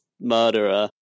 murderer